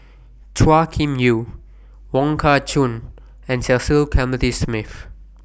Chua Kim Yeow Wong Kah Chun and Cecil Clementi Smith